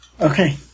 Okay